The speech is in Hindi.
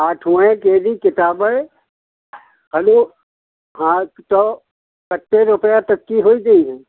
आठवें की किताबें हेलो हाँ तो कितने रुपये तक के हो जहियें